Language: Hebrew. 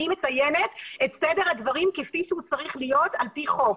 אני מציינת את סדר הדברים כפי שהוא צריך להיות על פי חוק.